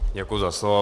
Děkuji za slovo.